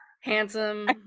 handsome